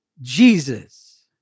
Jesus